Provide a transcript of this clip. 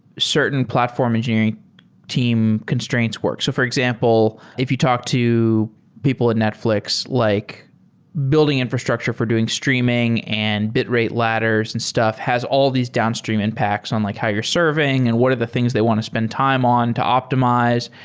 certain platform engineering team constraints work. so for example, if you talk to people at netfl ix, like building infrastructure for doing streaming and bitrate ladders and stuff has all these downstream impacts on like how you're surveying and what are the things they want to spend time on to optimize.